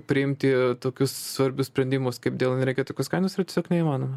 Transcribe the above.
priimti tokius svarbius sprendimus kaip dėl energetikos kainos yra tiesiog neįmanoma